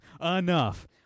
enough